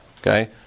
okay